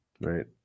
Right